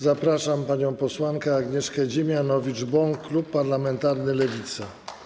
Zapraszam panią posłankę Agnieszkę Dziemianowicz-Bąk, klub parlamentarny Lewica.